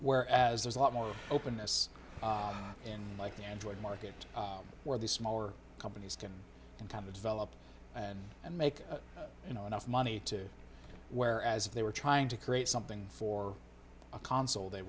where as there's a lot more openness in like the android market where the smaller companies can in time to develop and and make enough money to where as if they were trying to create something for a console they